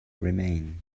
remain